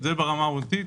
זה ברמה המהותית,